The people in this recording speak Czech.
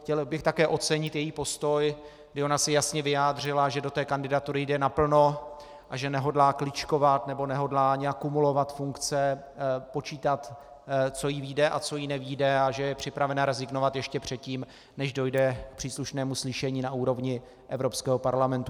Chtěl bych také ocenit její postoj, kdy ona se jasně vyjádřila, že do té kandidatury jde naplno a že nehodlá kličkovat nebo nehodlá nějak kumulovat funkce, počítat, co jí vyjde a co jí nevyjde, a že je připravena rezignovat ještě předtím, než dojde k příslušnému slyšení na úrovni Evropského parlamentu.